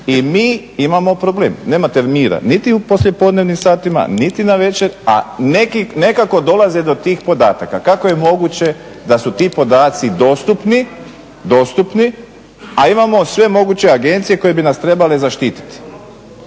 i mi imamo problem, nemate mira niti u poslijepodnevnim satima, niti navečer, a nekako dolaze do tih podataka. Kako je moguće da su ti podaci dostupni, a imamo sve moguće agencije koje bi nas trebale zaštiti?